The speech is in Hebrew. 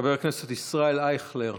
חבר הכנסת ישראל אייכלר,